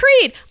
Creed